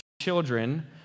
children